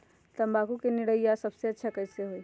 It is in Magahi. तम्बाकू के निरैया सबसे अच्छा कई से होई?